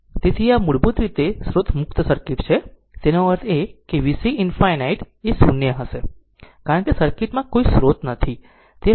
તેથી આ મૂળભૂત રીતે સ્રોત મુક્ત સર્કિટ છે તેનો અર્થ એ કે VC ∞ એ 0 હશે કારણ કે સર્કિટ માં કોઈ સ્રોત નથી